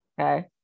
Okay